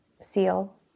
seal